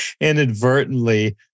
inadvertently